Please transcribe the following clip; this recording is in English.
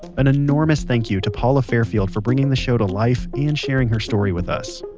an enormous thank you to paula fairfield for bringing this show to life and sharing her story with us.